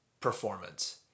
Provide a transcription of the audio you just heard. performance